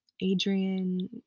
Adrian